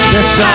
Yes